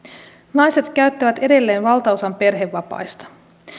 naiset käyttävät edelleen valtaosan perhevapaista